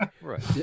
Right